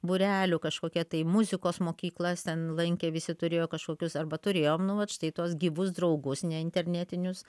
būrelių kažkokie tai muzikos mokyklas ten lankė visi turėjo kažkokius arba turėjom nu vat štai tuos gyvus draugus ne internetinius